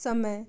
समय